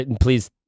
please